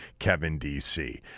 KevinDC